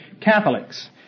Catholics